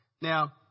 Now